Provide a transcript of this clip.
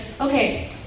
okay